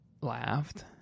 laughed